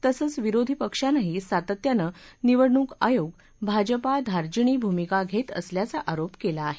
तसंच विरोधीपक्षानंही सातत्यानं निवडणूक आयोग भाजपा धार्जिणी भूमिका घेत असल्याचा आरोप केला आहे